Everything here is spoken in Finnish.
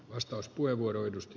arvoisa puhemies